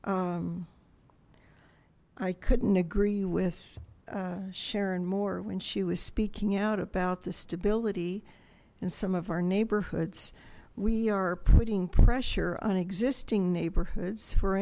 that i couldn't agree with sharon more when she was speaking out about the stability and some of our neighborhoods we are putting pressure on existing neighborhoods for